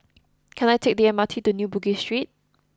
can I take the M R T to New Bugis Street